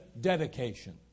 dedication